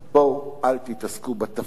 בואו אל תתעסקו בטפל,